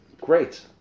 Great